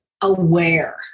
aware